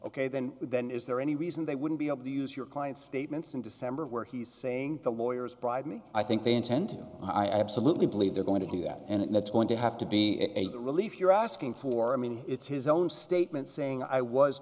ok then then is there any reason they wouldn't be able to use your client statements in december where he's saying the lawyers bribe me i think they intend i absolutely believe they're going to do that and that's going to have to be a relief you're asking for i mean it's his own statement saying i was